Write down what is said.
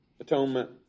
atonement